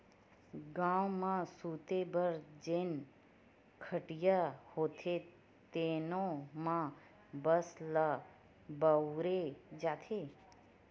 गाँव म सूते बर जेन खटिया होथे तेनो म बांस ल बउरे जाथे